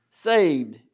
saved